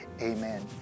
amen